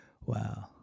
Wow